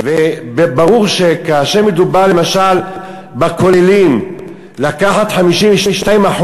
וברור שכאשר מדובר למשל בכוללים, לקחת 52%,